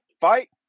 fight